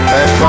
Hey